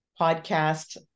podcast